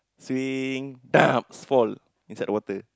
sing dump fall inside the water